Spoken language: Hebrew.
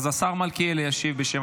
אז השר מלכיאלי ישיב בשם